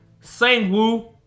Sang-woo